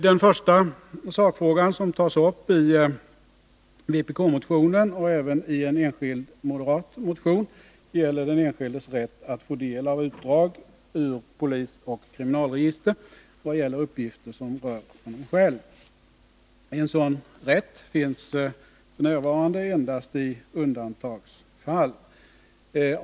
Den första frågan som tas upp i vpk-motionen och även i en enskild moderatmotion avser den enskildes rätt att få del av utdrag ur polisoch kriminalregister vad gäller uppgifter som rör honom själv. En sådan rätt finns f. n. endast i undantagsfall.